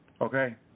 okay